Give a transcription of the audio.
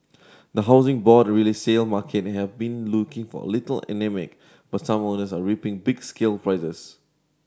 the Housing Board resale market have been looking for a little anaemic but some owners are reaping big sale prices